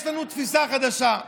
יש לנו תפיסה חדשה.